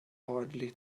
hardly